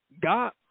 God